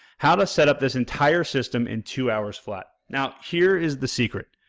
how to set up this entire system in two hours flat. now, here is the secret,